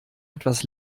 etwas